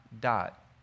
dot